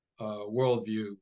worldview